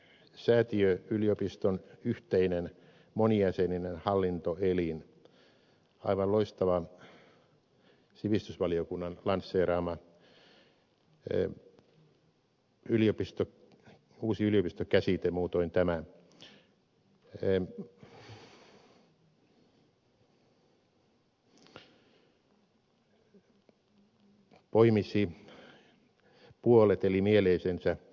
näin säätiöyliopiston yhteinen monijäseninen hallintoelin aivan loistava sivistysvaliokunnan lanseeraama uusi yliopistokäsite muutoin poimisi puolet eli mieleisensä ehdokkaat